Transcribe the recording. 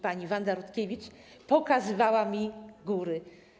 Pani Wanda Rutkiewicz pokazywała mi góry.